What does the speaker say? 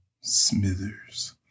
Smithers